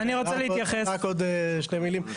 רק עוד שתי מילים.